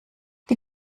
die